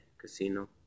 Casino